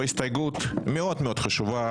הסתייגות מאוד מאוד חשובה,